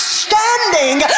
standing